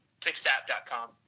fixedapp.com